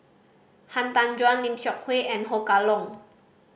Han Tan Juan Lim Seok Hui and Ho Kah Leong